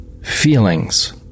feelings